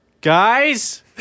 guys